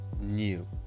new